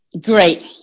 Great